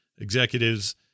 executives